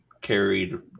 carried